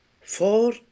four